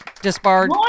disbarred